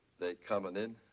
they coming in?